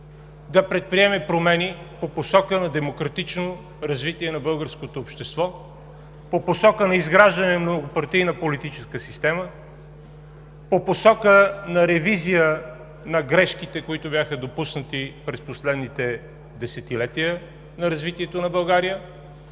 да предприеме промени по посока на демократично развитие на българското общество, по посока на изграждане на многопартийна политическа система, по посока на ревизия на грешките, които бяха допуснати през последните десетилетия на развитието на България